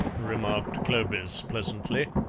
remarked clovis pleasantly,